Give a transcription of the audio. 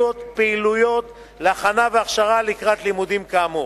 פעילויות להכנה והכשרה לקראת לימודים כאמור,